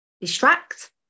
distract